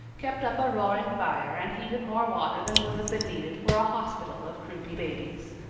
kept up a roaring fire and heated more water than would have been needed for a hospital of croupy babies.